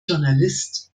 journalist